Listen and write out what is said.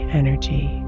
energy